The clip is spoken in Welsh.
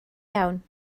iawn